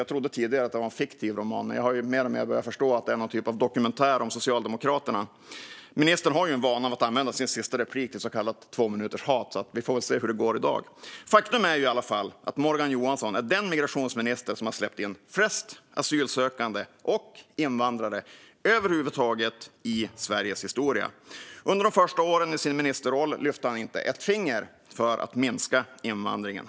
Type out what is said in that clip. Jag trodde tidigare att det var en fiktiv roman, men jag har mer och mer börjat förstå att det är någon typ av dokumentär om Socialdemokraterna. Ministern har ju för vana att använda sitt sista inlägg till det som i boken kallas tvåminutershat. Vi får väl se hur det går i dag. Faktum är i alla fall att Morgan Johansson är den migrationsminister som har släppt in flest asylsökande och invandrare över huvud taget i Sveriges historia. Under de första åren i sin ministerroll lyfte han inte ett finger för att minska invandringen.